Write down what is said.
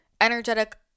energetic